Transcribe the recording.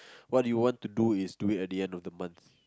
what you want to do is to wait at the end of the month